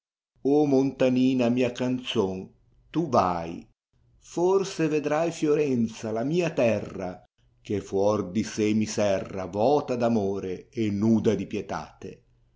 o montanina mia ganzon ta vbì forse vedrai fiorenza la mia terra che fuor di sé mi serra tota d amore e nuda di pi